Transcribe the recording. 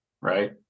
right